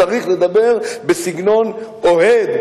צריך לדבר בסגנון אוהד,